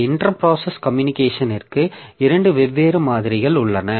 இந்த inter process கம்யூனிகேஷனிற்கு இரண்டு வெவ்வேறு மாதிரிகள் உள்ளன